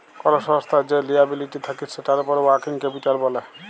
call সংস্থার যে liability থাক্যে সেটার উপর ওয়ার্কিং ক্যাপিটাল ব্যলে